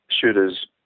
shooters